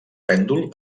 pèndol